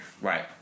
right